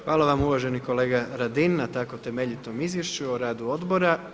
Hvala vam uvaženi kolega Radin na tako temeljitom izvješću o radu odbora.